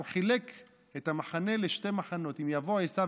הוא חילק את המחנה לשני מחנות: "אם יבוא עשו